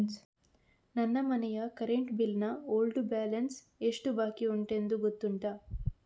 ನನ್ನ ಮನೆಯ current bill ನ ಓಲ್ಡ್ ಬ್ಯಾಲೆನ್ಸ್ ಎಷ್ಟು ಬಾಕಿಯುಂಟೆಂದು ಗೊತ್ತುಂಟ?